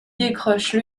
décroche